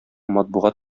матбугат